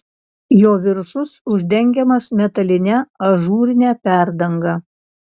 jo viršus uždengiamas metaline ažūrine perdanga